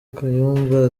kayumba